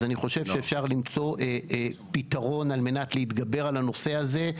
אז אני חוש שאפשר למצוא פתרון על מנת להתגבר על הנושא הזה,